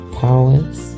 powers